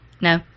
no